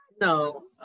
no